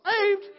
saved